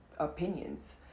Opinions